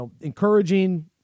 encouraging